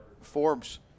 Forbes